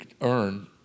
earn